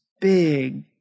big